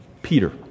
Peter